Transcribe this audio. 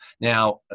Now